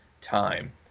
time